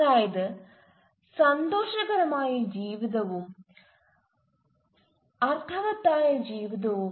അതായത് സന്തോഷകരമായ ജീവിതവും അർത്ഥവത്തായ ജീവിതവും